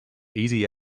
easy